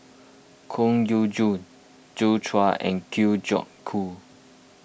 Koh Yong John Joi Chua and Kwa Geok Choo